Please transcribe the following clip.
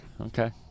okay